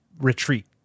retreat